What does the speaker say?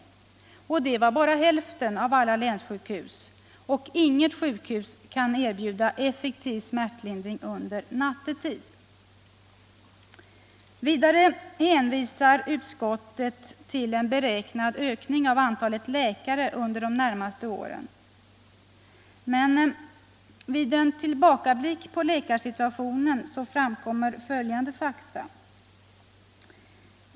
Det var bara hälften av alla länssjukhus, och inget sjukhus kan erbjuda effektiv smärtlindring nattetid. Vidare hänvisar utskottet till en beräknad ökning av antalet läkare under de närmaste åren. Vid en tillbakablick på läkarsituationen framkommer följande fakta.